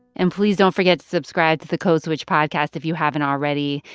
and please don't forget to subscribe to the code switch podcast if you haven't already.